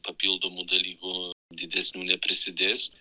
papildomų dalykų didesnių neprisidės